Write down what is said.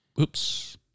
Oops